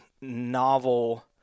novel